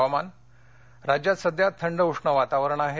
हवामान राज्यात सध्या थंड उष्ण वातावरण आहे